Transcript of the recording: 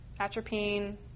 Atropine